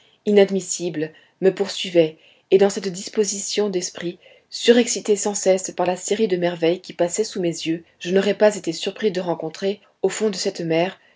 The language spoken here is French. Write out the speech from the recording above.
inadmissibles me poursuivaient et dans cette disposition d'esprit surexcité sans cesse par la série de merveilles qui passaient sous mes yeux je n'aurais pas été surpris de rencontrer au fond de cette mer